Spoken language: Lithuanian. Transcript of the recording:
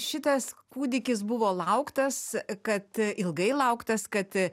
šitas kūdikis buvo lauktas kad ilgai lauktas kad